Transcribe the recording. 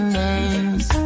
names